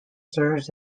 serves